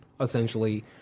essentially